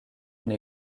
une